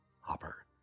Hopper